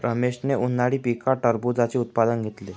रमेशने उन्हाळी पिकात टरबूजाचे उत्पादन घेतले